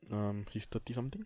um he's thirty something